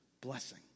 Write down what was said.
blessing